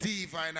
Divine